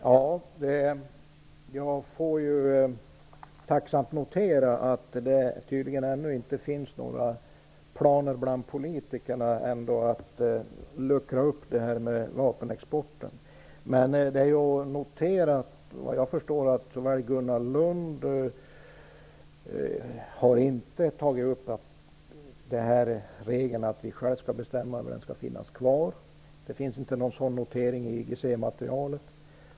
Fru talman! Jag får tacksamt notera att det tydligen ännu inte finns några planer bland politikerna på att luckra upp vapenexporten. Men det är noterat, såvitt jag förstår, att Gunnar Lund inte tagit upp att regeln att vi själva skall bestämma skall finnas kvar. Det finns ingen sådan notering i IGC-materialet.